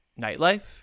nightlife